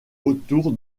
autour